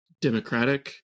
democratic